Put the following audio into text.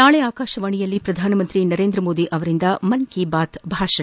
ನಾಳಿ ಆಕಾಶವಾಣಿಯಲ್ಲಿ ಪ್ರಧಾನಮಂತ್ರಿ ನರೇಂದ್ರ ಮೋದಿ ಅವರಿಂದ ಮನ್ ಕಿ ಬಾತ್ ಭಾಷಣ